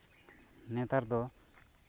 ᱱᱮᱛᱟᱨ ᱫᱚ